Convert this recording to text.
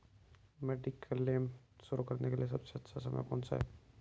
Mediclaim शुरू करने का सबसे अच्छा समय कौनसा है?